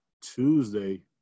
Tuesday